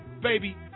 baby